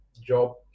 job